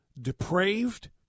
depraved